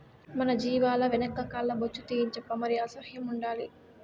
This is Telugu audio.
మన జీవాల వెనక కాల్ల బొచ్చు తీయించప్పా మరి అసహ్యం ఉండాలి